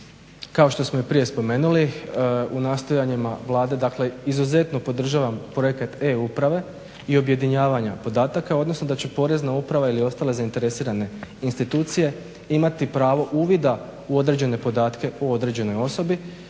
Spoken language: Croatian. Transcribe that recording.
Kao što smo i prije spomenuli u nastojanjima Vlade dakle izuzetno podržavam projekat e-uprave i objedinjavanja podataka, odnosno da će Porezna uprava ili ostale zainteresirane institucije imati pravo uvida u određene podatke o određenoj osobi